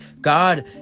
God